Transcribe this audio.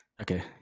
Okay